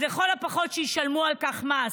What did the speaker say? אז לכל הפחות שישלמו על כך מס.